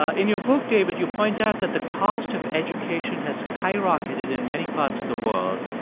ah in your book, david, you point out that the cost of education has skyrocketed in many parts of the world.